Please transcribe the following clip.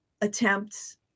attempts